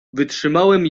wytrzymałem